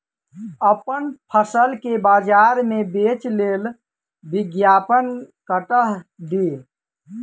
अप्पन फसल केँ बजार मे बेच लेल विज्ञापन कतह दी?